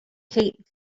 kate